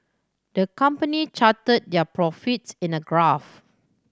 the company charted their profits in a graph